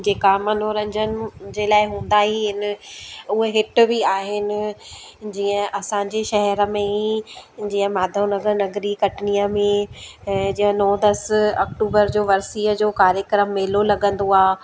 जेका मनोरंजन जे लाइ हूंदा आहिनि आहिनि उहे हिति बि आहिनि जीअं असांजी शहर में ई जीअं माधव नगर नगरी कटनीअ में ऐं जीअं नौ दस अक्टूबर जो वर्सीअ जो कार्यक्रम मेलो लॻंदो आहे